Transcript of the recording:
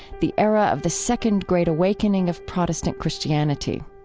the era of the second great awakening of protestant christianity.